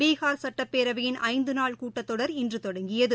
பீகார் சட்டப்பேரவையின் ஐந்து நாள் கூட்டத்தொடர் இன்று தொடங்கியது